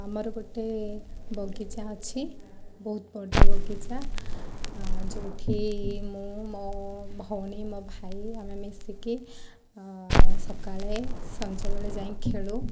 ଆମର ଗୋଟେ ବଗିଚା ଅଛି ବହୁତ ବଡ଼ ବଗିଚା ଯେଉଁଠି ମୁଁ ମୋ ଭଉଣୀ ମୋ ଭାଇ ଆମେ ମିଶିକି ସକାଳେ ସଞ୍ଜବେଳେ ଯାଇଁ ଖେଳୁ